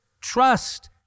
trust